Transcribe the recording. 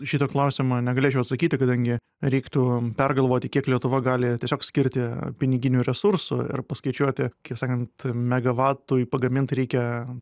šitą klausimą negalėčiau atsakyti kadangi reiktų pergalvoti kiek lietuva gali tiesiog skirti piniginių resursų ir paskaičiuoti kaip sakant megavatui pagamint reikia